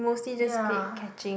ya